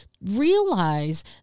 realize